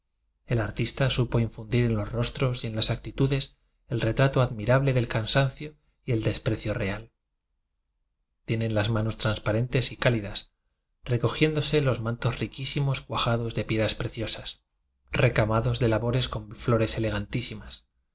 el artista supo infundir en los rostros y en las actitudes el retrato admirable del cansancio y el despre cio real tienen las manos transparentes y cálidas recogiéndose los mantos riquísi mos cuajados de piedras preciosas reca mados de labores con flores